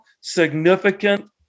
significant